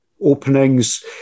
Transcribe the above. openings